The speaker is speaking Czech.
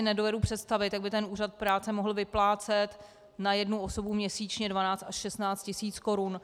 Nedovedu představit, jak by úřad práce mohl vyplácet na jednu osobu měsíčně 12 až 16 tisíc korun.